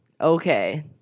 okay